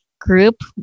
group